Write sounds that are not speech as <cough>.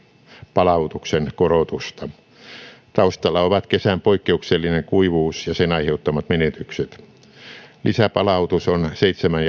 palautuksen korotusta taustalla ovat kesän poikkeuksellinen kuivuus ja sen aiheuttamat menetykset lisäpalautus on seitsemän <unintelligible>